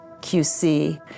QC